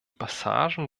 passagen